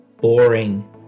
boring